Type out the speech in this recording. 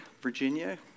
Virginia